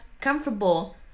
comfortable